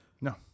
No